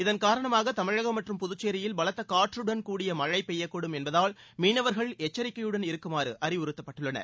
இதன் காரணமாக தமிழகம் மற்றும் புதுச்சேரியில் பலத்த காற்றுடன் கூடிய மழை பெய்யக் கூடும் என்பதால் மீனவர்கள் எச்சரிக்கையுடன் இருக்குமாறு அறிவுறுத்தப்பட்டுள்ளனர்